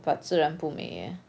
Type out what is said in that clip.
but 自然不美 eh